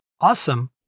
Awesome